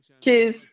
Cheers